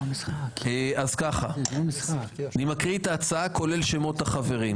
אני מקריא את ההצעה, כולל שמות החברים.